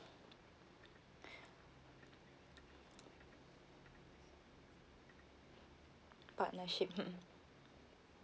partnership mm